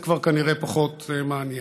זה כבר, כנראה, פחות מעניין.